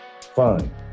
fine